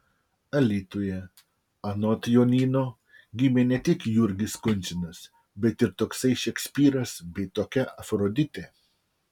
alytuje anot jonyno gimė ne tik jurgis kunčinas bet ir toksai šekspyras bei tokia afroditė